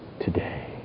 today